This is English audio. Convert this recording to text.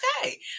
okay